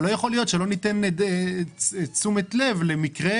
לא יכול להיות שלא ניתן תשומת לב למקרה